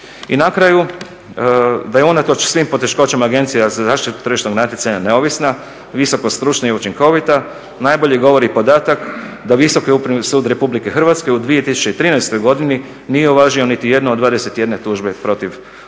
I na kraju, da je unatoč svim poteškoćama Agencija za zaštitu tržišnog natjecanja neovisna, visoko stručna i učinkovita najbolje govori i podatak da Visoki upravni sud Republike Hrvatske u 2013. godini nije uvažio niti jednu od 21 tužbe protiv odluka